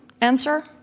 Answer